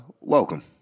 Welcome